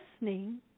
listening